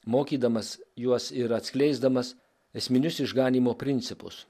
mokydamas juos ir atskleisdamas esminius išganymo principus